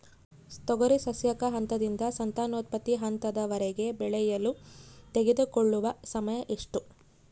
ತೊಗರಿ ಸಸ್ಯಕ ಹಂತದಿಂದ ಸಂತಾನೋತ್ಪತ್ತಿ ಹಂತದವರೆಗೆ ಬೆಳೆಯಲು ತೆಗೆದುಕೊಳ್ಳುವ ಸಮಯ ಎಷ್ಟು?